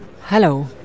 Hello